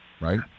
right